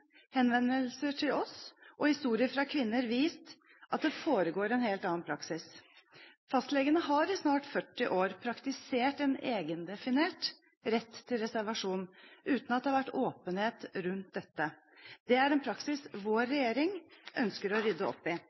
henvendelser til oss og historier fra kvinner vist at det foregår en helt annen praksis. Fastlegene har i snart 40 år praktisert en egendefinert rett til reservasjon uten at det har vært åpenhet rundt dette. Det er en praksis vår regjering ønsker å rydde opp i.